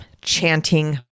Chanting